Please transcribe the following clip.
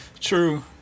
true